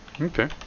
Okay